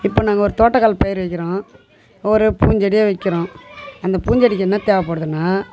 இப்போது நாங்கள் தோட்டக்கலை பயிர் வைக்கிறோம் ஒரு பூஞ்செடியே வைக்கிறோம் அந்த பூஞ்செடிக்கு என்ன தேவைப்படுதுன்னா